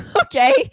Okay